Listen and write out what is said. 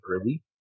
early